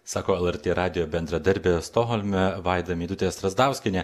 sako lrt radijo bendradarbė stokholme vaida meidutė strazdauskienė